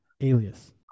alias